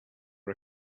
are